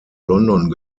london